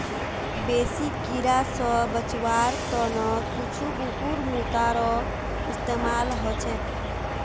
बेसी कीरा स बचवार त न कुछू कुकुरमुत्तारो इस्तमाल ह छेक